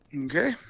Okay